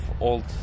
old